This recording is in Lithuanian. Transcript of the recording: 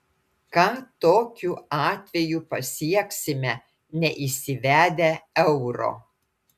ką tokiu atveju pasieksime neįsivedę euro